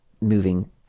moving